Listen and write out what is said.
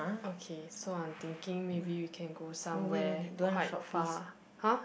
okay so I'm thinking maybe we can go somewhere quite far !huh!